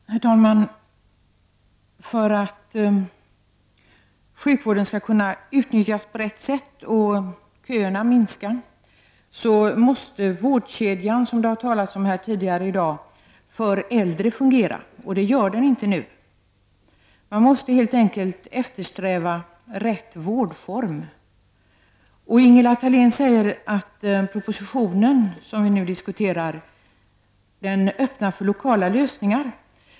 Herr talman! För att sjukvården skall kunna utnyttjas på rätt sätt och för att köerna skall kunna minska måste vårdkedjan, som det har talats om här tidigare i dag, för äldre fungera. Och det gör den inte nu. Man måste helt enkelt eftersträva rätt vårdform. Ingela Thalén säger att den proposition som vi nu diskuterar öppnar för lokala lösningar.